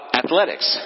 athletics